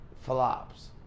flops